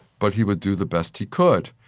but he would do the best he could.